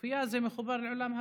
"כנופיה", זה מחובר לעולם הפשע.